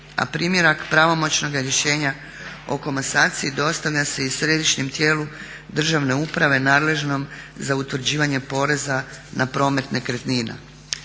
a primjerak pravomoćnoga rješenja o komasaciji dostavlja se i središnjem tijelu državne uprave nadležnom za utvrđivanje poreza na promet nekretnina.